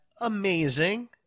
amazing